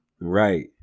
right